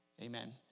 Amen